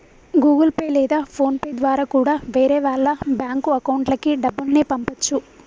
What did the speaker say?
Google pay లేదా PhonePe ద్వారా కూడా వేరే వాళ్ళ బ్యేంకు అకౌంట్లకి డబ్బుల్ని పంపచ్చు